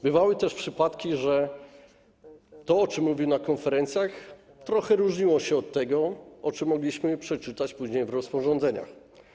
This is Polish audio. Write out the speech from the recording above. Bywały też przypadki, że to, o czym mówił na konferencjach, trochę różniło się od tego, o czym mogliśmy przeczytać później w rozporządzeniach.